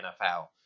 NFL